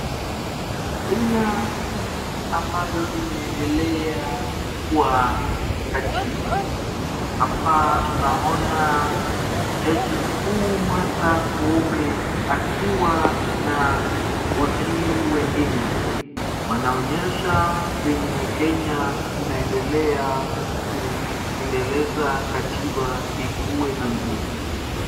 Kenya ni nchi ambayo imendelea kwa katiba. Hapa tunaona jaji mkuu Martha Koome akiwa na wakili wengine. Wanaonyesha venye Kenya inaendelea kuendeleza katiba ikuwe na nguvu.